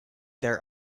their